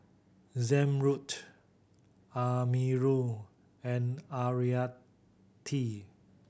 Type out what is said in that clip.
Zamrud Amirul and Haryati